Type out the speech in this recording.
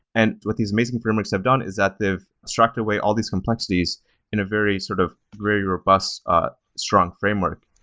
and what these amazing frameworks have done is that they've struck away all these complexities in a very sort of very robust strong framework.